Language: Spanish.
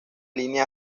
línea